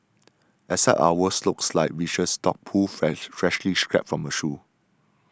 except ours looked like viscous dog poop fresh freshly scraped from a shoe